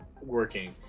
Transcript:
working